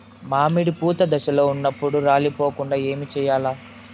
మామిడి పూత దశలో ఉన్నప్పుడు రాలిపోకుండ ఏమిచేయాల్ల?